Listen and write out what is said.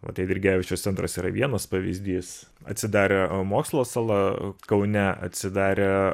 vat eidrigevičiaus centras yra vienas pavyzdys atsidarė mokslo sala kaune atsidarė